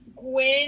Gwen